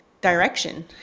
direction